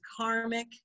karmic